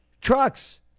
trucks